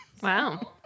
Wow